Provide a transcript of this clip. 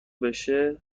بشه